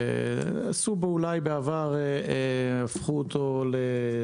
בעבר אולי הפכו אותו למן